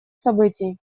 событий